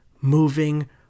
moving